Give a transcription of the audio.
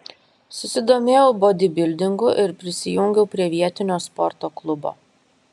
susidomėjau bodybildingu ir prisijungiau prie vietinio sporto klubo